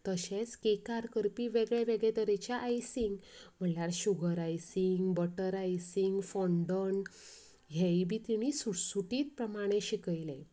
तशेंच केकार करपी वेगळे वगेळे तरेचे आयसींग म्हळ्यार sugar icing butter icing fondant हेंयी बी तिणी सुटसुटीत प्रमाणें शिकयलें